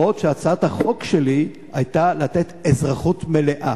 אפילו שהצעת החוק שלי היתה לתת אזרחות מלאה.